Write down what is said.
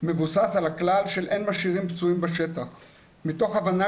מבוסס על הכלל של אין משאירים פצועים בשטח מתוך הבנה